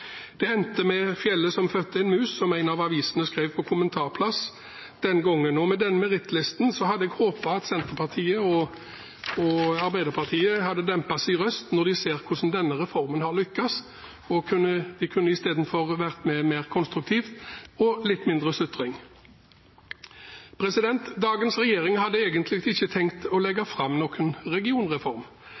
Det endte med fjellet som fødte en mus, som en av avisene skrev på kommentarplass den gangen, og med den merittlisten hadde jeg håpet at Senterpartiet og Arbeiderpartiet hadde dempet sin røst når de ser hvordan denne reformen har lyktes. De kunne istedenfor vært mer konstruktive og med litt mindre sutring. Dagens regjering hadde egentlig ikke tenkt å legge fram noen regionreform.